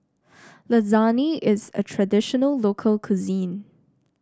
lasagne is a traditional local cuisine